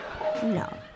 No